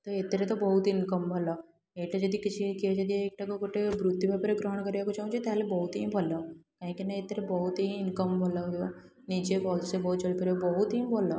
ହେ ଏଥିରେ ତ ବହୁତି ଇନକମ୍ ଭଲ ଏଇଟା ଯଦି କିଛି କେହି ଯଦି ଏଇଟାକୁ ଗୋଟେ ବୃତ୍ତି ଭାବରେ ଗ୍ରହଣ କରିବାକୁ ଚାହୁଁଛନ୍ତି ତା'ହେଲେ ବହୁତ ହିଁ ଭଲ କାହିଁକିନା ଏଥିରେ ବହୁତି ହିଁ ଇନକମ୍ ଭଲ ହେବ ନିଜେ ଭଲ ସେ ପରିଚାଳିତ କରିବ ବହୁତି ହିଁ ଭଲ